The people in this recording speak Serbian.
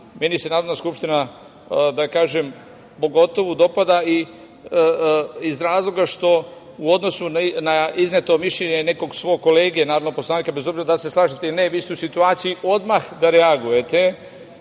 Meni se Narodna skupština da vam kažem, pogotovu dopada i iz razloga što u odnosu na izneto mišljenje nekog svog kolege, narodnog poslanika, bez obzira da li se slažete ili ne, vi ste u situaciji odmah da reagujete